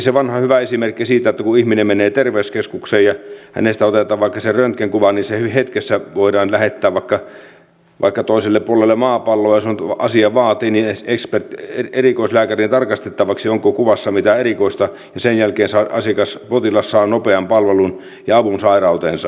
se vanha hyvä esimerkki siitä on se että kun ihminen menee terveyskeskukseen ja hänestä otetaan vaikka se röntgenkuva niin se hetkessä voidaan lähettää vaikka toiselle puolelle maapalloa jos asia vaatii erikoislääkärin tarkastettavaksi onko kuvassa mitään erikoista ja sen jälkeen potilas saa nopean palvelun ja avun sairauteensa